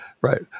Right